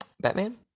Batman